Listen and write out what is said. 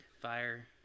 fire